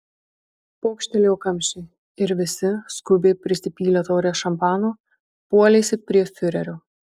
pokštelėjo kamščiai ir visi skubiai prisipylę taures šampano puolėsi prie fiurerio